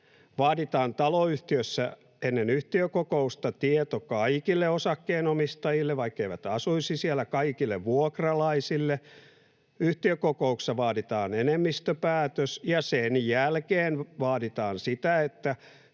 vaaditaan ennen yhtiökokousta tieto kaikille osakkeenomistajille, vaikkeivät asuisi siellä, ja kaikille vuokralaisille. Yhtiökokouksessa vaaditaan enemmistöpäätös ja sen jälkeen vaaditaan sitä, että